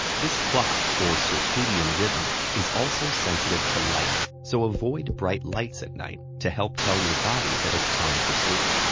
this clock, or circadian rhythm, is also sensitive to light, so avoid bright lights at night to help tell your body that it's time for sleep.